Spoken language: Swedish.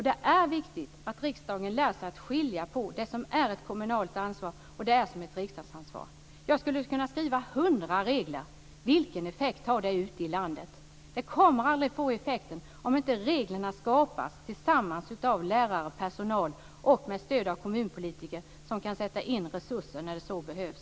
Det är viktigt att riksdagen lär sig att skilja på det som är ett kommunalt ansvar och det som är ett ansvar för riksdagen. Jag skulle kunna skriva hundra regler, men vilken effekt har det ute i landet? De kommer aldrig att få effekt, om inte reglerna skapas av lärare och personal tillsammans och med stöd av kommunpolitiker som kan sätta in resurser när så behövs.